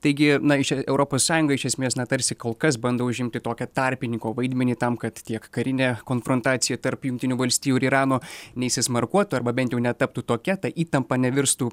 taigi na iš europos sąjunga iš esmės na tarsi kol kas bando užimti tokią tarpininko vaidmenį tam kad tiek karinė konfrontacija tarp jungtinių valstijų ir irano neįsismarkuotų arba bent jau netaptų tokia ta įtampa nevirstų